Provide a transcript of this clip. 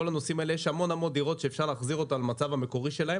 יש המון דירות שאפשר להחזיר אותן למצבן המקורי,